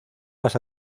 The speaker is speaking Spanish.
las